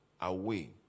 away